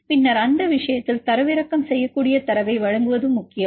பின்னர் அந்த விஷயத்தில் தரவிறக்கம் செய்யக்கூடிய தரவை வழங்குவதும் முக்கியம்